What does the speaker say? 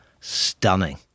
stunning